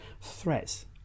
threats